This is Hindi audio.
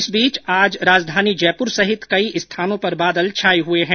इस बीच आज राजधानी जयपुर सहित कई स्थानों पर बादल छाए हुए हैं